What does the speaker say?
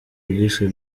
bwiswe